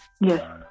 Yes